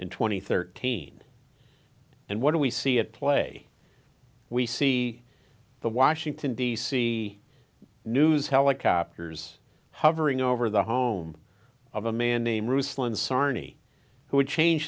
and thirteen and what do we see at play we see the washington d c news helicopters hovering over the home of a man named ruthless sarnie who would change